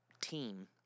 team